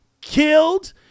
killed